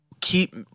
keep